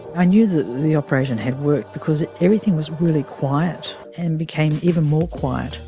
i knew that the operation had worked because everything was really quiet and became even more quiet.